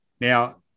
Now